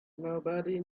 nobody